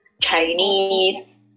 Chinese